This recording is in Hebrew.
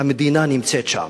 המדינה נמצאת שם.